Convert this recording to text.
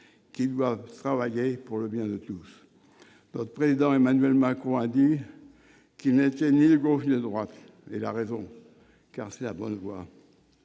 qui doit pouvoir travailler pour le bien de tous. Le président Emmanuel Macron a dit qu'il n'était ni de gauche ni de droite ; il a raison, c'est la bonne voie.